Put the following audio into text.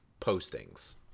postings